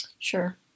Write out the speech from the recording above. Sure